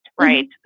Right